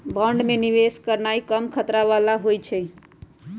bond में निवेश करनाइ कम खतरा बला होइ छइ